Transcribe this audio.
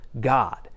God